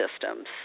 systems